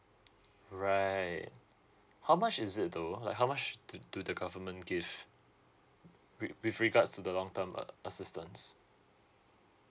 right how much is it though like how much do do the government give wi~ with regards to the long term a~ assistance